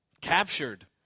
Captured